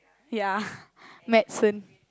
ya medicine